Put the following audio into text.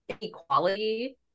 equality